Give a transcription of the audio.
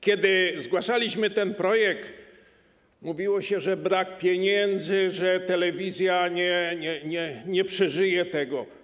Kiedy zgłaszaliśmy ten projekt, mówiło się, że brak pieniędzy, że telewizja nie przeżyje tego.